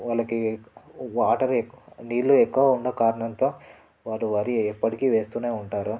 వాళ్ళకి వాటర్ ఎక్ నీళ్ళు ఎక్కువ ఉన్న కారణంతో వాళ్లు వరి ఎప్పటికీ వేస్తూనే ఉంటారు